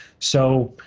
so,